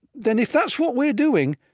then if that's what we're doing,